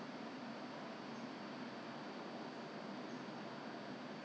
on the face on the hand I just use normal hand cream lor all sorts of hand cream my friends